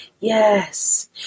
Yes